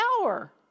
power